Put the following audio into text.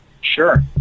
Sure